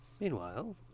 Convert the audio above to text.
Meanwhile